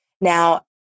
Now